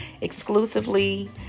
exclusively